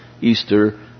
Easter